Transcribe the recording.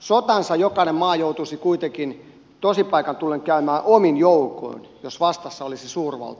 sotansa jokainen maa joutuisi kuitenkin tosipaikan tullen käymään omin joukoin jos vastassa olisi suurvalta